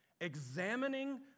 examining